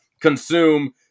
Consume